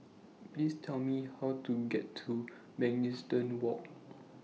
Please Tell Me How to get to Mugliston Walk